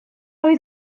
oedd